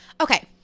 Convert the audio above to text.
okay